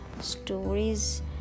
stories